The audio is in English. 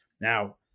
Now